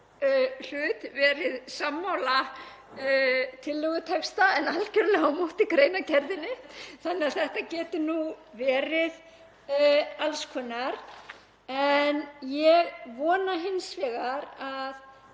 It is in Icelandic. hlut, verið sammála tillögutexta en algerlega á móti greinargerðinni, þannig að þetta getur verið alls konar. Ég vona hins vegar að